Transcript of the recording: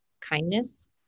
kindness